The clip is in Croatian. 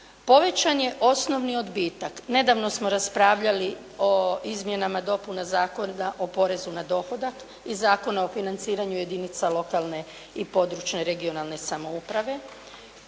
Povećan je osnovni odbitak. Nedavno smo raspravljali o izmjenama i dopunama Zakona o porezu na dohodak i Zakona o financiranju jedinica lokalne i područne regionalne samouprave,